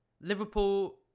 Liverpool